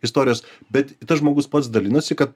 istorijos bet tas žmogus pats dalinosi kad